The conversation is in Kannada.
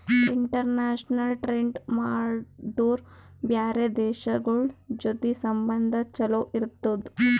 ಇಂಟರ್ನ್ಯಾಷನಲ್ ಟ್ರೇಡ್ ಮಾಡುರ್ ಬ್ಯಾರೆ ದೇಶಗೋಳ್ ಜೊತಿ ಸಂಬಂಧ ಛಲೋ ಇರ್ತುದ್